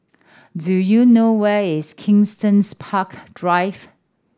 do you know where is Kensington's Park Drive